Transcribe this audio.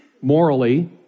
morally